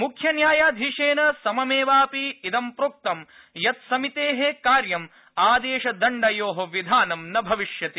मुख्यन्यायधीशेन सममेवापि इदं प्रोक्तं यत् समितेः कार्यं आदेशदण्डयोः विधानं न भविष्यति